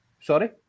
Sorry